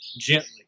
gently